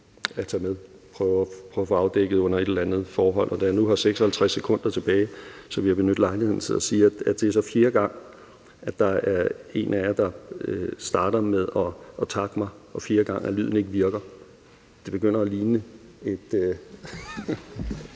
at tage med og prøve at få afdækket under et eller andet forhold. Da jeg nu har 56 sekunder tilbage, vil jeg benytte lejligheden til at sige, at det så er fjerde gang, at der er en af jer, der starter med at takke mig, og fjerde gang, at lyden ikke virker. Det begynder at ligne et ...